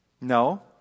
No